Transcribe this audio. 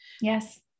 Yes